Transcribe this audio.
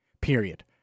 period